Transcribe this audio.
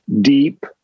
Deep